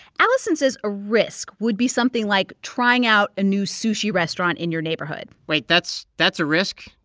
allison says a risk would be something like trying out a new sushi restaurant in your neighborhood wait. that's that's a risk.